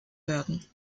werden